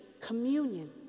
communion